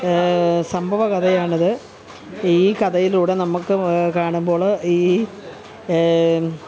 സംഭവ കഥയാണിത് ഈ കഥയിലൂടെ നമുക്ക് കാണുമ്പോൾ ഈ